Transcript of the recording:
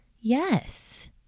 Yes